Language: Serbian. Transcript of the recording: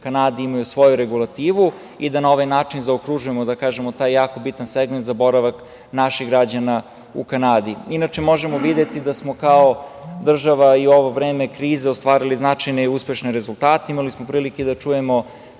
Kanadi imaju svoju regulativu i da na ovaj način zaokružimo taj jako bitan segment za boravak naših građana u Kanadi. Inače, možemo videti da smo kao država i u ovo vreme krize ostvarili ostvarili značajne i uspešne rezultate. Imali smo prilike da čujemo